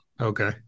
okay